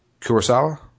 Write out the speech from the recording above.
Kurosawa